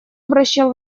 обращал